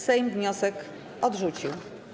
Sejm wniosek odrzucił.